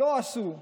לא עשו.